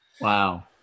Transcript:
Wow